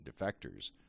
defectors